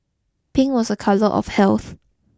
pink was a colour of health